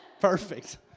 Perfect